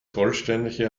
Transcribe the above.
vollständige